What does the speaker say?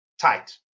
tight